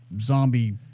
zombie